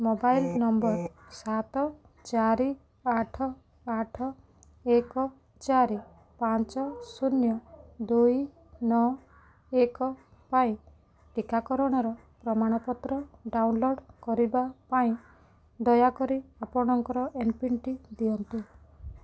mobile number ସାତ ଚାରି ଆଠ ଆଠ ଏକ ଚାରି ପାଞ୍ଚ ଶୂନ ଦୁଇ ନଅ ଏକ ପାଇଁ ଟିକାକରଣର ପ୍ରମାଣପତ୍ର ଡାଉନଲୋଡ଼୍ କରିବା ପାଇଁ ଦୟାକରି ଆପଣଙ୍କର ଏମ୍ପିନ୍ଟି ଦିଅନ୍ତୁ